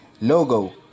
logo